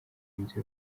inzu